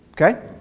Okay